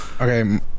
okay